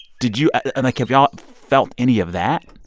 did you and like, have y'all felt any of that?